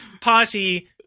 party